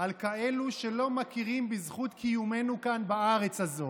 על כאלה שלא מכירים בזכות קיומנו כאן, בארץ הזו,